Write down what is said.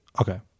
okay